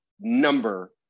number